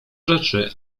rzeczy